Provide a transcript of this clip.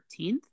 13th